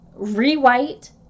Rewrite